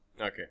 Okay